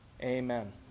Amen